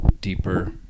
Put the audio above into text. deeper